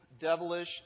devilish